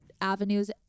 avenues